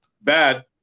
Bad